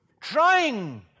trying